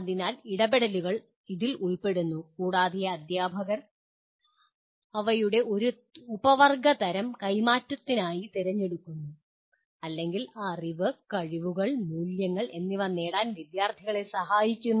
അതിനാൽ ഇടപെടലുകൾ ഇതിൽ ഉൾപ്പെടുന്നു കൂടാതെ അധ്യാപകർ ഇവയുടെ ഒരു ഉപവർഗതരം കൈമാറ്റത്തിനായി തിരഞ്ഞെടുക്കുന്നു അല്ലെങ്കിൽ അറിവ് കഴിവുകൾ മൂല്യങ്ങൾ എന്നിവ നേടാൻ വിദ്യാർത്ഥികളെ സഹായിക്കുന്നു